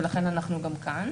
ולכן גם אנחנו כאן.